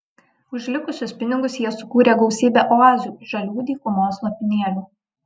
už likusius pinigus jie sukūrė gausybę oazių žalių dykumos lopinėlių